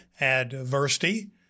Adversity